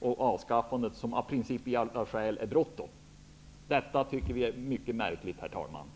och avskaffandet, som det av principiella skäl skulle vara bråttom med.